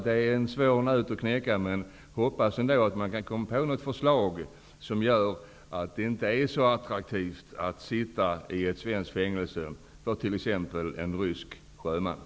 Det här är säkert en svår nöt att knäcka, men jag hoppas att man skall hitta en lösning som innebär att det inte är så attraktivt för t.ex. en rysk sjöman att sitta i svenskt fängelse.